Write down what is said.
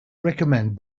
recommend